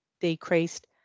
decreased